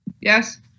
Yes